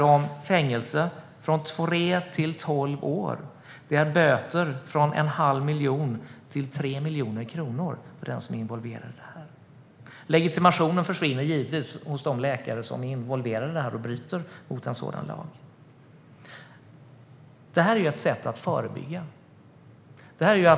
Det handlar dels om tre till tolv års fängelse, dels om böter från en halv miljon till 3 miljoner kronor för den som är involverad i detta. Legitimationen försvinner givetvis för de läkare som är inblandade i det här och bryter mot denna lag. Detta är ett sätt att förebygga.